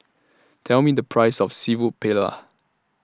Tell Me The Price of Seafood Paella